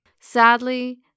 Sadly